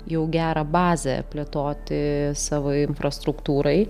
jau gerą bazę plėtoti savo infrastruktūrai